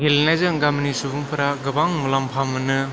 गेलेनायजों गामिनि सुबुंफोरा गोबां मुलाम्फा मोनो